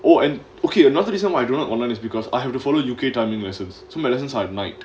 and okay another reason why don't want online is because I have to follow U_K timing lessons to medicines I night